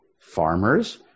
farmers